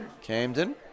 Camden